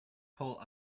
pool